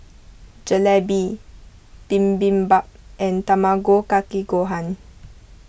Jalebi Bibimbap and Tamago Kake Gohan